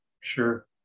Sure